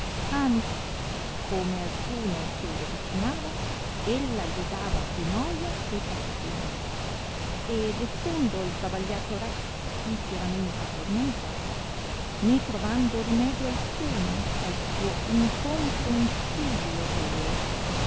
anzi come alcuno se gli avicinava ella gli dava più noia e passione ed essendo il travagliato re sì fieramente tormentato né trovando rimedio alcuno al suo incomprehensibile dolore